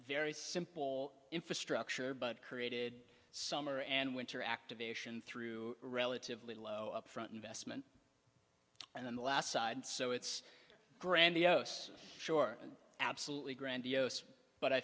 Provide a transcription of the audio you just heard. very simple infrastructure but created summer and winter activation through relatively low upfront investment and then the last side so it's grandiose sure absolutely grandiose but i